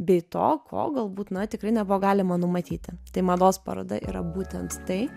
bei to ko galbūt na tikrai nebuvo galima numatyti tai mados paroda yra būtent tai